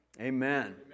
Amen